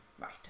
Right